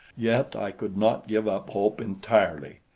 yet i could not give up hope entirely.